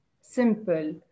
simple